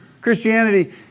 Christianity